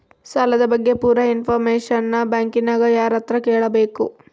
ಸಾಲದ ಬಗ್ಗೆ ಪೂರ ಇಂಫಾರ್ಮೇಷನ ಬ್ಯಾಂಕಿನ್ಯಾಗ ಯಾರತ್ರ ಕೇಳಬೇಕು?